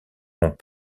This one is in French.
ont